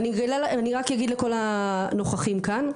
אני רק אגיד לכל הנוכחים כאן.